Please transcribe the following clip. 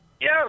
Yes